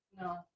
no